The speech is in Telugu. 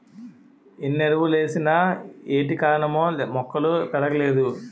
ఎన్నెరువులేసిన ఏటికారణమో మొక్కలు పెరగలేదు